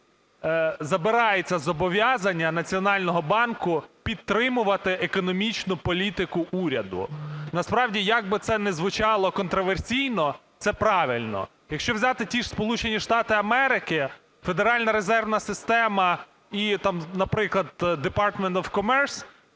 забирається зобов'язання Національного банку підтримувати економічну політику уряду. Насправді, як би це не звучало контраверсійно, це правильно. Якщо взяти ті ж Сполучені Штати Америки, Федеральна резервна система і, наприклад, Department of Commerce